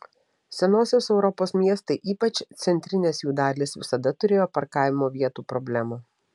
senosios europos miestai ypač centrinės jų dalys visada turėjo parkavimo vietų problemą